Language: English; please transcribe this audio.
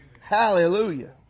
Hallelujah